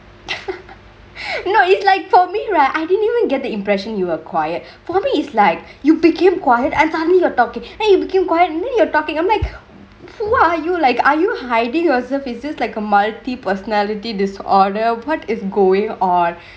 no it's like for me right I didn't even get the impression you were quiet for me is like you became quiet and suddenly you're talkingk then you became quiet and then you're talkingk I'm like what are you like are you hidingk yourself is this like a multi personality disorder what is goingk on